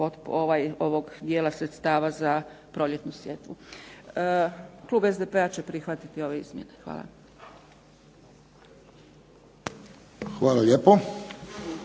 ovog dijela sredstava za proljetnu sjetvu. Klub SDP-a će prihvatiti ove izmjene. Hvala. **Friščić,